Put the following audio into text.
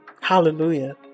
hallelujah